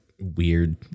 weird